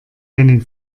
einen